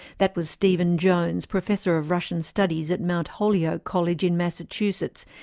that was stephen jones, professor of russian studies at mount holyoke college in massachusetts,